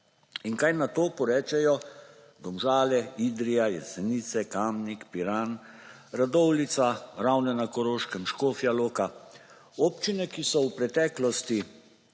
In kaj na to porečejo Domžale, Idrija, Jesenice, Kamnik, Piran, Radovljica, Ravne na Koroškem, Škofja loka; občine, ki so v preteklosti